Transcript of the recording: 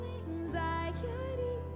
anxiety